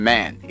Man